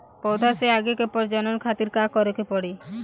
पौधा से आगे के प्रजनन खातिर का करे के पड़ी?